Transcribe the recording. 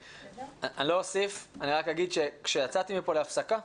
אני לא אוסיף, אבל רק אגיד שכשיצאתי מפה להפסקה,